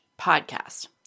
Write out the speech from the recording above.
Podcast